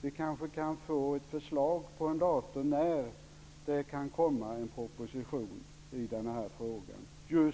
Vi kanske kan få ett förslag på ett datum när det kan komma en proposition som just